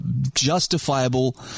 justifiable